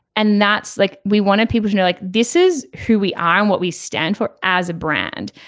and that's like we wanted people to know like this is who we are and what we stand for as a brand.